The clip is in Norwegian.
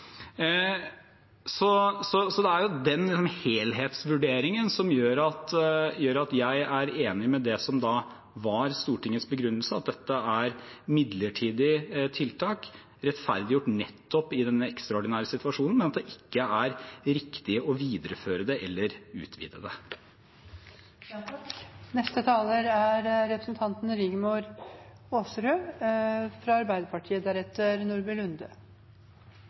Det er den helhetsvurderingen som gjør at jeg er enig i det som var Stortingets begrunnelse, at dette er midlertidige tiltak, rettferdiggjort nettopp i denne ekstraordinære situasjonen, men at det ikke er riktig å videreføre det eller utvide det. Koronakrisen har vist oss at vi er